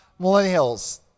millennials